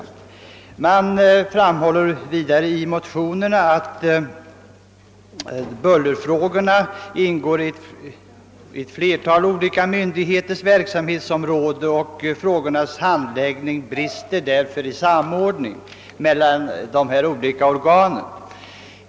I motionerna framhålls vidare att bullerfrågorna tillhör ett flertal olika myndigheters verksamhetsområden och att samordningen av frågornas handläggning brister mellan de olika organen.